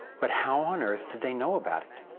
but how on earth did they know about it?